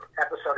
episode